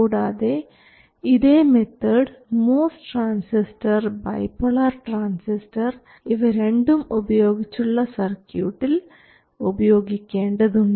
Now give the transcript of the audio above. കൂടാതെ ഇതേ method MOS transistor bipolar transistor ഇവ രണ്ടും ഉപയോഗിച്ചുള്ള സർക്യൂട്ടിൽ ഉപയോഗിക്കേണ്ടതുണ്ട്